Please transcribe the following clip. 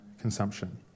consumption